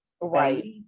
right